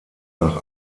nach